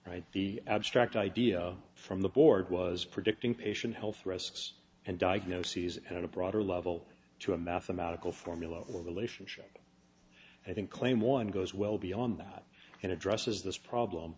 write the abstract idea from the board was predicting patient health risks and diagnoses and a broader level to a mathematical formula or relationship i think claim one goes well beyond that and addresses this problem